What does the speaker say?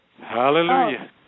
Hallelujah